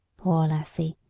poor lassie!